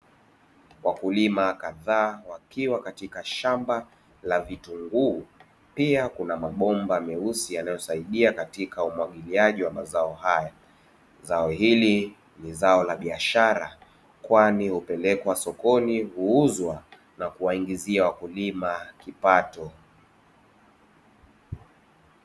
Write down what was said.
Wakulima kadhaa wakiwa katika shamba la vitunguu pia kuna mabomba meusi yanayosaidia katika umwagiliaji wa mazao haya, zao hili ni zao la biashara kwani hupelekwa sokoni kuuzwa na kuwaingizia wakulima kipato.